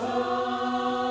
oh